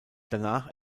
danach